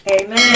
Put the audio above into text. Amen